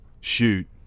shoot